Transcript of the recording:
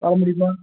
வர முடியுமா